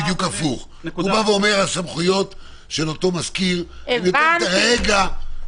אומר הופך: הסמכויות של אותו מזכיר יותר טכניות